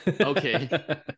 Okay